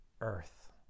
earth